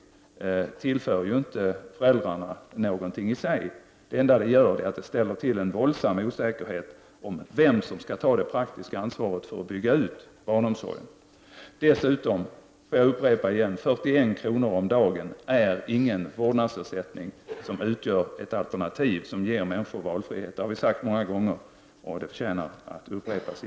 Det tillför inte föräldrarna någonting i sig. Det enda det gör är att det ställer till en våldsam osäkerhet om vem som skall ta det praktiska ansvaret för att bygga ut barnomsorgen. Dessutom är 41 kr. om dagen ingen vårdnadsersättning som utgör ett alternativ som ger människor valfrihet. Det har vi sagt många gånger, och det förtjänar att upprepas.